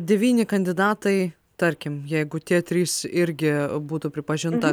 devyni kandidatai tarkim jeigu tie trys irgi būtų pripažinta